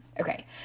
Okay